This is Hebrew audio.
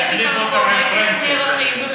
ראיתי מה המקום ואיך הם נערכים.